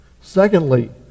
Secondly